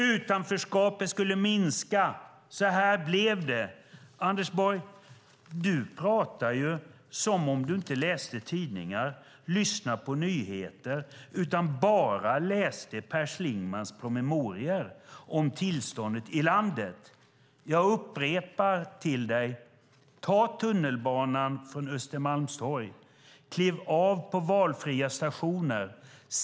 Utanförskapet skulle minska. Så här blev det. Anders Borg! Du talar som om du inte läste tidningar eller lyssnade på nyheter utan bara läser Per Schlingmanns promemorior om tillståndet i landet. Jag upprepar: Ta tunnelbanan från Östermalmstorg! Kliv av på valfria stationer!